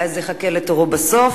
אז יחכה לתורו בסוף,